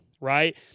right